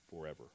forever